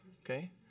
Okay